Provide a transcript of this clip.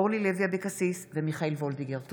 אורלי לוי אבקסיס ומיכל וולדיגר בנושא: